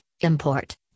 import